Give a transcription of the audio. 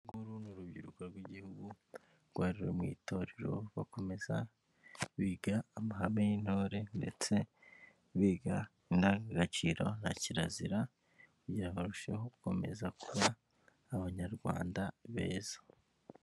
Uru nguru ni urubyiruko rw'igihugu, rwari ruri mu itorero bakomeza biga amahame y'intore ndetse biga indangagaciro na kirazira kugira ngo barusheho gukomeza kuba abanyarwanda beza.